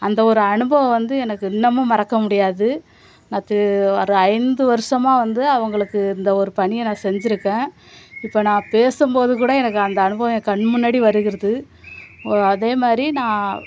அந்த ஒரு அனுபவம் வந்து எனக்கு இன்னமும் மறக்க முடியாது அது ஒரு ஐந்து வருஷமாக வந்து அவங்களுக்கு இந்த ஒரு பணியை நான் செஞ்சுருக்கேன் இப்போ நான் பேசும் போது கூட எனக்கு அந்த அனுபவம் ஏன் கண் முன்னாடி வருகிறது அதேமாதிரி நான்